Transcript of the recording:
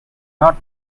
not